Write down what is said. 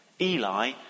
Eli